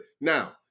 Now